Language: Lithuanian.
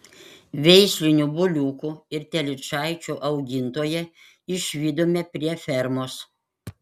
veislinių buliukų ir telyčaičių augintoją išvydome prie fermos